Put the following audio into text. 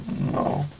no